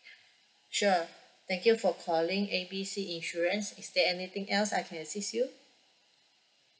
sure thank you for calling A B C insurance is there anything else I can assist you